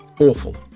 awful